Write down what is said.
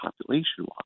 population-wise